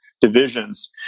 divisions